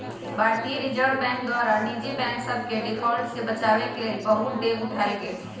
भारतीय reserve bank द्वारा निजी बैंक सभके डिफॉल्ट से बचाबेके लेल बहुते डेग उठाएल गेल